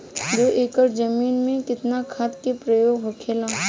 दो एकड़ जमीन में कितना खाद के प्रयोग होखेला?